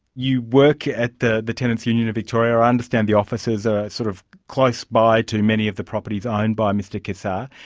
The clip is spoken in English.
you work at the the tenants' union of victoria, i understand the offices are sort of close by to many of the properties owned by mr cassar,